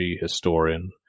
historian